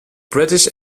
british